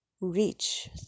reach